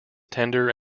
tender